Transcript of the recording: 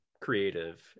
creative